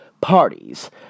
parties